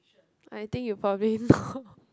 I think you probably know